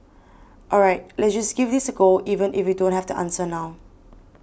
all right let's just give this a go even if we don't have the answer now